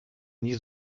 nie